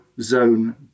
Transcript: zone